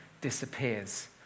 disappears